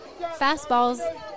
fastballs